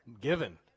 Given